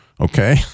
Okay